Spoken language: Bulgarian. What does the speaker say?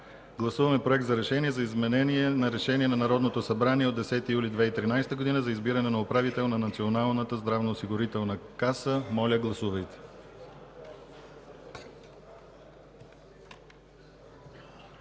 Гласуваме Проект за решение за изменение на решение на Народното събрание от 10 юли 2013 г. за избиране на управител на Националната здравноосигурителна каса. Гласували